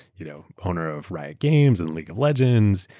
you know owner of riot games, and league of legends,